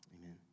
Amen